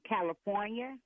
California